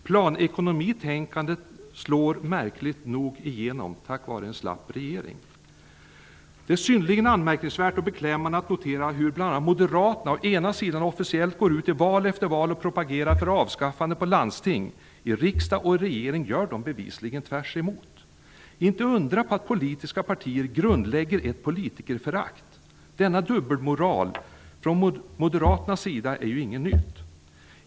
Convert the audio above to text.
Planekonomitänkandet slår märkligt nog igenom, på grund av en slapp regering. Det är synnerligen anmärkningsvärt och beklämmande att notera hur bl.a. Moderaterna å ena sidan officiellt går ut i val efter val och propagerar för avskaffandet av landstingen. I riksdag och regering gör de bevisligen tvärs emot! Inte undra på att politiska partier grundlägger ett politikerförakt. Denna dubbelmoral från Moderaternas sida är inget nytt.